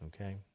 Okay